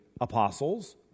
apostles